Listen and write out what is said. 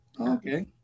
Okay